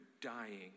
dying